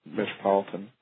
metropolitan